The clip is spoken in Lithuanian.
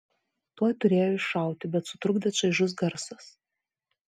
tuoj turėjo iššauti bet sutrukdė čaižus garsas